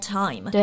time